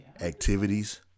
activities